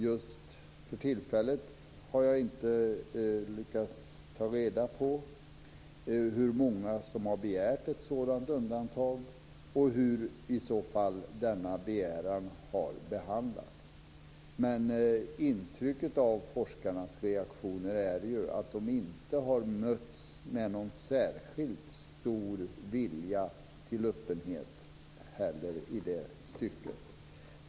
Just för tillfället har jag inte lyckats ta reda på hur många som har begärt ett sådant undantag och hur i så fall denna begäran har behandlats. Men intrycket av forskarnas reaktion är att de inte har mötts med någon särskilt stor vilja till öppenhet.